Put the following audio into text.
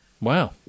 Wow